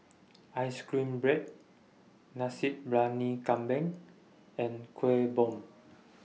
Ice Cream Bread Nasi Briyani Kambing and Kuih Bom